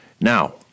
Now